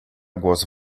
głos